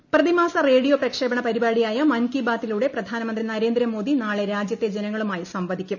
മൻ കി ബാത് പ്രതിമാസ റേഡിയോ പ്രക്ഷേപണ പരിപാടിയായ മൻ കി ബാതിലൂടെ പ്രധാനമന്ത്രി നരേന്ദ്രമോദി നാളെ രാജ്യത്തെ ജനങ്ങളുമായി സംവദിക്കും